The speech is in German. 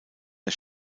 der